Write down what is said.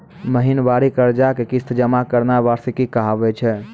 महिनबारी कर्जा के किस्त जमा करनाय वार्षिकी कहाबै छै